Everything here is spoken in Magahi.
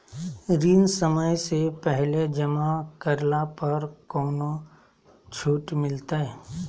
ऋण समय से पहले जमा करला पर कौनो छुट मिलतैय?